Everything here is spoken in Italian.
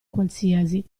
qualsiasi